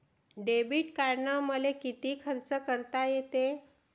Debit कार्डानं मले किती खर्च करता येते?